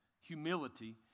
Humility